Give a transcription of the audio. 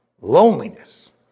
loneliness